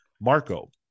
Marco